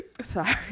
sorry